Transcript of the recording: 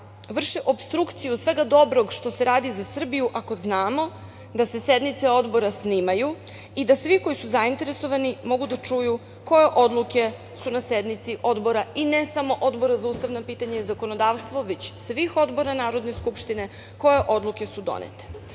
vrše opstrukciju svega dobrog što se radi za Srbiju, ako znamo da se sednice Odbora snimaju i da svi koji su zainteresovani mogu da čuju koje odluke su na sednici Odbora i ne samo Odbora za ustavna pitanja i zakonodavstvo, već svih odbora Narodne skupštine, koje odluke su donete. Važno